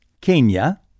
Kenya